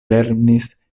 lernis